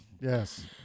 Yes